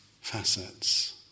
facets